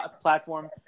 platform